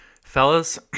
fellas